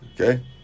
Okay